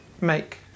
make